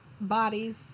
bodies